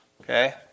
Okay